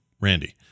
randy